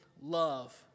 love